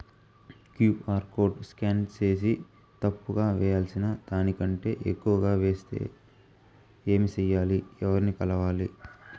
QR code scan సేసి తప్పు గా వేయాల్సిన దానికంటే ఎక్కువగా వేసెస్తే ఏమి సెయ్యాలి? ఎవర్ని కలవాలి?